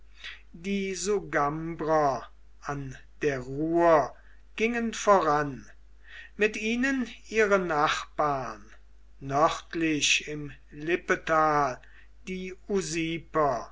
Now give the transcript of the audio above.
die sugambrer an der ruhr gingen voran mit ihnen ihre nachbarn nördlich im lippetal die